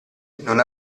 non